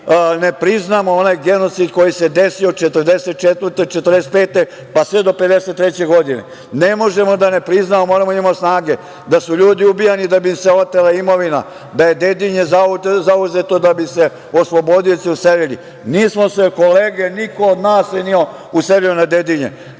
ne priznamo onaj genocid koji se desio 1944, 1945. pa sve do 1953. godine. Ne možemo da ne priznamo, moramo da imamo snage, da su ljudi ubijani, da bi im se otela imovina, da je Dedinje zauzeto da bi se oslobodioci uselili. Nismo se kolege, niko od nas se nije uselio na Dedinje,